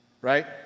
Right